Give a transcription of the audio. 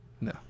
No